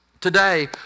Today